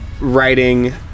Writing